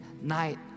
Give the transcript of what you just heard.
night